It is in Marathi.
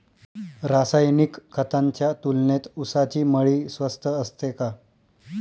रासायनिक खतांच्या तुलनेत ऊसाची मळी स्वस्त असते का?